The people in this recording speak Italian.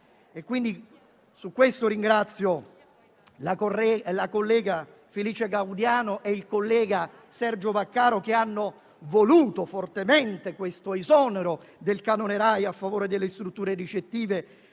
Per questo ringrazio la collega Felicia Gaudiano e il collega Sergio Vaccaro, che hanno voluto fortemente questo esonero dal canone RAI a favore delle strutture ricettive